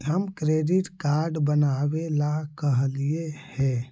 हम credit card बनावे ला कहलिऐ हे?